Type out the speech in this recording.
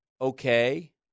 okay